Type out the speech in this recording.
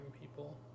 people